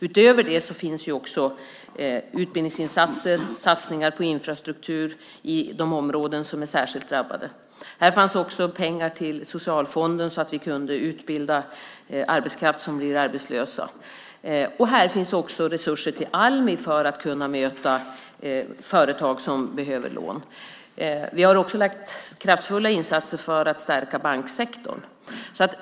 Utöver det finns utbildningsinsatser och satsningar på infrastruktur i de områden som är särskilt drabbade. Här fanns också pengar till socialfonden så att vi kunde utbilda arbetskraft som blir arbetslös. Här finns resurser till Almi för att kunna möta företag som behöver lån. Vi har även gjort kraftfulla insatser för att stärka banksektorn.